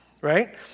right